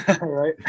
Right